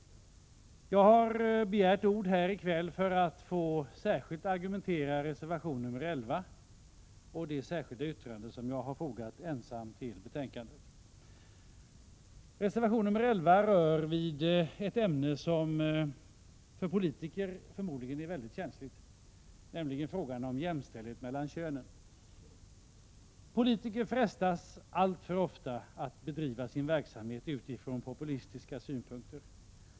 Jag har begärt ordet för att särskilt få argumentera för reservation nr 11 och det särskilda yttrande som jag ensam har fogat till betänkandet. Reservation nr 11 rör vid ett ämne som förmodligen är mycket känsligt för politiker, nämligen frågan om jämställdhet mellan könen. Politiker frestas alltför ofta att bedriva sin verksamhet utifrån populistiska synpunkter.